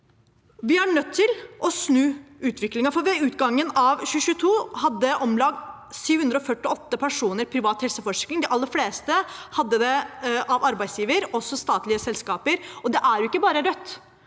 Vi er nødt til å snu utviklingen, for ved utgangen av 2022 hadde om lag 748 000 personer privat helseforsikring. De aller fleste hadde det gjennom arbeidsgiver, også statlige selskaper. Det er ikke bare Rødt